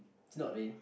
is not leh